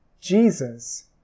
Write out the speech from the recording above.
Jesus